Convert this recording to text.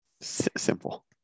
Simple